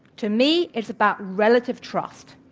to me, it's about relative trust,